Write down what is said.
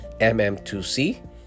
mm2c